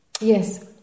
Yes